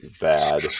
bad